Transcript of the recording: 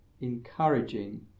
encouraging